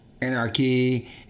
Anarchy